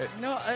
No